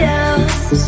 else